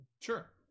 Sure